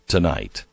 Tonight